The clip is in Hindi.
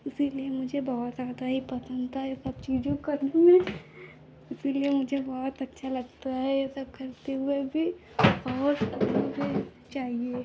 इसीलिए मुझे बहुत ज़्यादा ही पसंद था यह सब चीज़ों काे करने में इसीलिए मुझे बहुत अच्छा लगता है यह सब करते हुए भी और करनी भी चाहिए